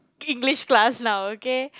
English class now okay